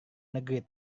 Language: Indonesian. negeri